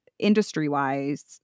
Industry-wise